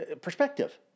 perspective